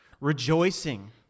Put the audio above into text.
rejoicing